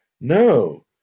No